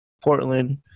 Portland